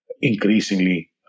Increasingly